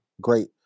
great